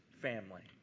family